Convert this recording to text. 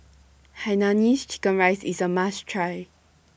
Hainanese Chicken Rice IS A must Try